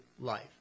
life